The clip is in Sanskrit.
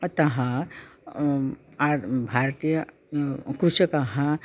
अतः आर्ड् भारतीय कृषकाः